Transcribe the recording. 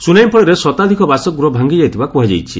tsunami ଫଳରେ ଶତାଧିକ ବାସଗୃହ ଭାଙ୍ଗିଯାଇଥିବା କୁହାଯାଇଛି